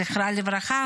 זכרה לברכה,